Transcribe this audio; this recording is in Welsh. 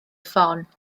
ffon